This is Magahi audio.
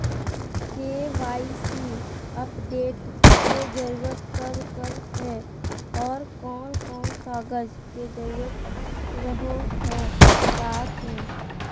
के.वाई.सी अपडेट के जरूरत कब कब है और कौन कौन कागज के जरूरत रहो है साथ में?